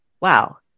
wow